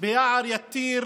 ביער יתיר